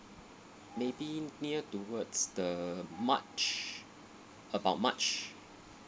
maybe near towards the march about march